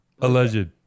Alleged